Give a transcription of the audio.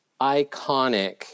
iconic